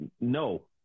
no